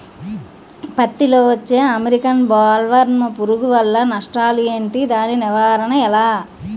పత్తి లో వచ్చే అమెరికన్ బోల్వర్మ్ పురుగు వల్ల నష్టాలు ఏంటి? దాని నివారణ ఎలా?